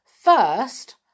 first